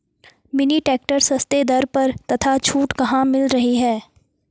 Mini tractor सस्ते दर पर तथा छूट कहाँ मिल रही है?